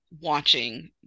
watching